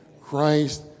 Christ